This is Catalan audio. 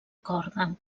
corda